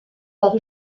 par